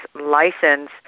license